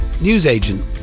newsagent